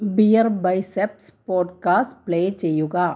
beer biceps podcast play ചെയ്യുക